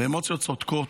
ואמוציות צודקות,